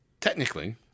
technically